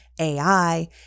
AI